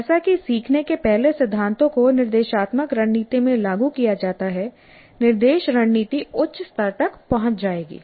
जैसा कि सीखने के पहले सिद्धांतों को निर्देशात्मक रणनीति में लागू किया जाता है निर्देश रणनीति उच्च स्तर तक पहुंच जाएगी